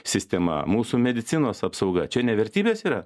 sistema mūsų medicinos apsauga čia ne vertybės yra